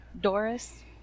Doris